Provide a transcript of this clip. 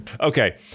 Okay